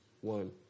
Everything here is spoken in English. one